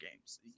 games